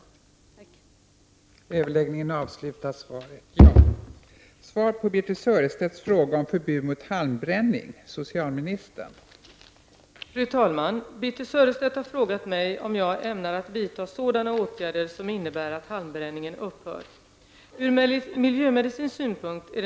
Tack!